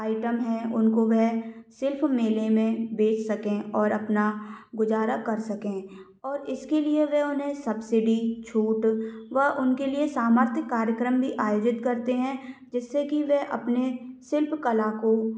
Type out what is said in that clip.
item हैं उनको वह शिल्प मेले में बेच सकें और अपना गुजारा कर सकें और इसके लिए वे उन्हें सब्सिडी छूट व उनके लिए सामर्थ कार्यक्रम भी आयोजित करते हैं जिससे कि वह अपने शिल्प कला को